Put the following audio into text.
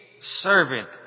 servant